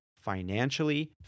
financially